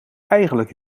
eigenlijk